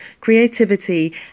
creativity